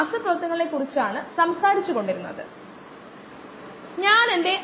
ഓർക്കുക ഇതാണ് നമ്മൾ സംസാരിക്കുന്ന ചൂട് അണുനശീകരണം